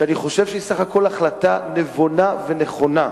ואני חושב שהיא בסך הכול החלטה נבונה ונכונה.